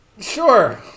Sure